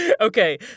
Okay